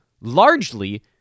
largely